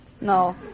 No